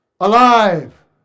alive